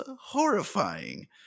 horrifying